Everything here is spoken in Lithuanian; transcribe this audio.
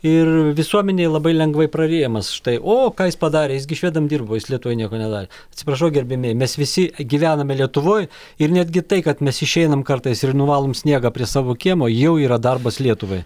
ir visuomenėje labai lengvai praryjamas štai o ką jis padarė jis gi švedam dirbo jis lietuvai nieko nedarė atsiprašau gerbiamieji mes visi gyvename lietuvoj ir netgi tai kad mes išeiname kartais ir nuvalome sniegą prie savo kiemo jau yra darbas lietuvai